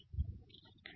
சுவர்